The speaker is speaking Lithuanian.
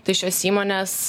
tai šios įmonės